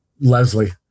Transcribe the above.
Leslie